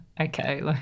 okay